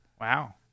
Wow